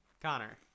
connor